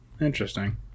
Interesting